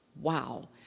Wow